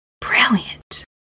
Brilliant